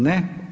Ne.